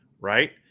right